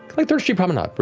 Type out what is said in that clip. like third street promenade,